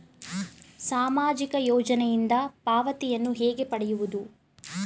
ಸಾಮಾಜಿಕ ಯೋಜನೆಯಿಂದ ಪಾವತಿಯನ್ನು ಹೇಗೆ ಪಡೆಯುವುದು?